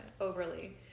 Overly